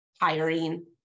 hiring